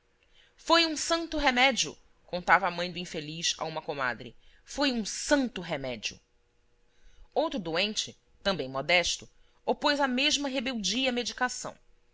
foi um santo remédio contava a mãe do infeliz a uma comadre foi um santo remédio outro doente também modesto opôs a mesma rebeldia à medicação